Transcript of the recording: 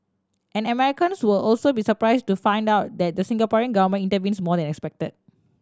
and Americans will also be surprised to find out that the Singapore Government intervenes more than expected